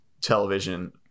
television